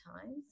times